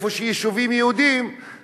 ששם היישובים היהודיים,